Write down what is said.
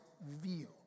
view